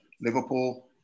Liverpool